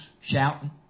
Shouting